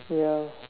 ya